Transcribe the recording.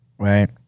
Right